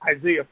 Isaiah